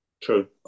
True